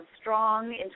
strong